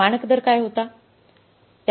मानक दर काय होता